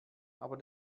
aber